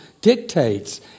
dictates